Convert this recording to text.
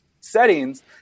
settings